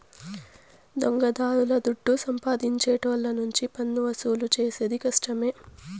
దొంగదారుల దుడ్డు సంపాదించేటోళ్ళ నుంచి పన్నువసూలు చేసేది కష్టమే